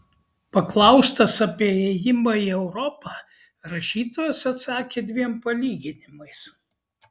paklaustas apie ėjimą į europą rašytojas atsakė dviem palyginimais